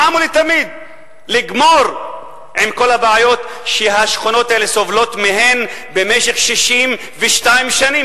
אחתולתמיד לגמור עם כל הבעיות שהשכונות האלה סובלות מהן במשך 62 שנים,